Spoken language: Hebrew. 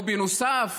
ובנוסף,